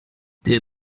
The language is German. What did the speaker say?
ihr